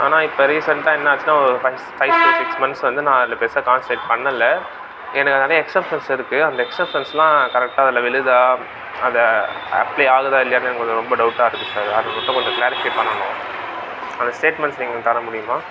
ஆனால் இப்போ ரீசெண்ட்டாக என்னாச்சுனா ஒரு five five to six months வந்து நான் அதில் பெரிசா கான்செண்ட்ரேட் பண்ணலை எனக்கு அதில் நிறைய எக்ஸம்ஷன்ஸ் இருக்குது அந்த எக்ஸம்ஷன்ஸ்லாம் கரெக்டாக அதில் விழுதா அதில் அப்ளை ஆகுதா இல்லையானு எனக்கு கொஞ்சம் ரொம்ப டவுட்டாக இருக்குது சார் அதை மட்டும் கொஞ்சம் க்ளாரிஃபை பண்ணணும் அந்த ஸ்டேட்மெண்ட்ஸ் எங்களுக்கு தர முடியுமா